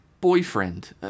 boyfriend